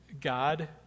God